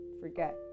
forget